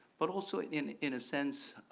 but also in in a sense,